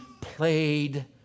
played